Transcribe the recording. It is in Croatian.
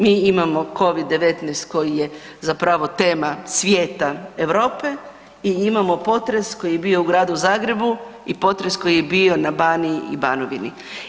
Mi imamo covid 19 koji je zapravo tema svijeta Europe i imamo potres koji je bio u gradu Zagrebu i potres koji je bio na Baniji i Banovini.